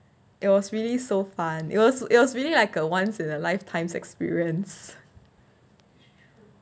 it was really so fun it was it was really like a once in a lifetime experience